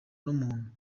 n’umuntu